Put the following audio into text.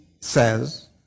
says